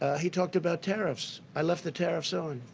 he talked about tariffs. i left the tariffs on,